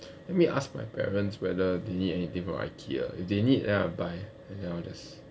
let me ask my parents whether they need anything from ikea if they need then I'll buy and then I'll just